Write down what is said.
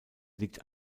liegt